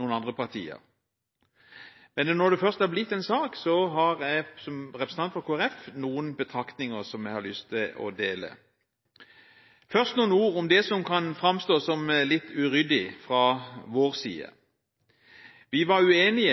noen andre partier heller. Når det først er blitt en sak, har jeg som representant for Kristelig Folkeparti noen betraktninger som jeg har lyst til å dele. Først noen ord om det som kan framstå som litt uryddig fra vår side. Vi var uenig